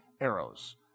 arrows